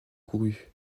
courue